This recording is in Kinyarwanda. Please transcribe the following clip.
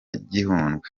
gihundwe